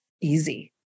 easy